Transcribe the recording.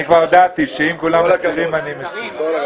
אני כבר הודעתי שאם כולם מסירים, אני מסיר.